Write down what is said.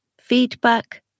feedback